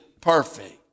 perfect